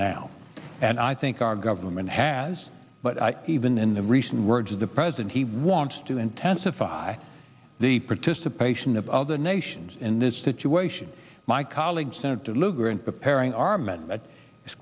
now and i think our government has but i even in the recent words of the president he wants to intensify the participation of other nations in this situation my colleague senator lugar in preparing our men